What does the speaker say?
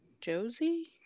Josie